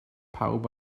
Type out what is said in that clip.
pawb